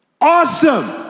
Awesome